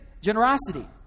generosity